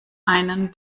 einen